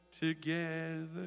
together